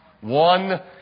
One